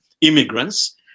immigrants